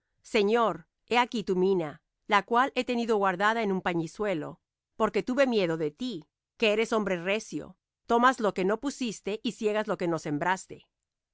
señor he aquí tu mina la cual he tenido guardada en un pañizuelo porque tuve miedo de ti que eres hombre recio tomas lo que no pusiste y siegas lo que no sembraste